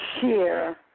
share